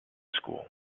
school